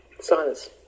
Silence